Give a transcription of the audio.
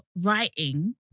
writing